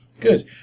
good